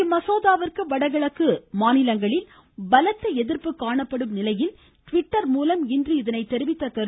இம்மசோதாவிற்கு வடகிழக்கு மாநிலங்களில் பலத்த எதிர்ப்பு காணப்படும் நிலையில் டிவிட்டர் மூலம் இதனைத் தெரிவித்துள்ள திரு